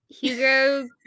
Hugo